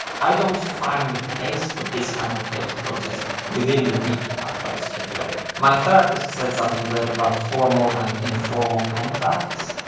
i don't find the place for this kind of creative process within the weekly upload schedule. my therapist said something great about formal and informal contracts,